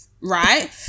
right